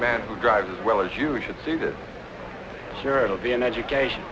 man who drives as well as you should see this sure it'll be an education